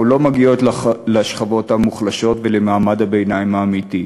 לא מגיעות לשכבות המוחלשות ולמעמד הביניים האמיתי.